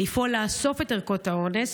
לפעול לאסוף את ערכות האונס,